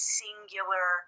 singular